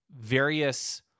various